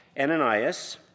Ananias